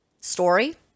story